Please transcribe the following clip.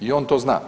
I on to zna.